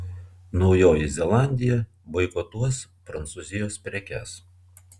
naujoji zelandija boikotuos prancūzijos prekes